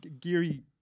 Geary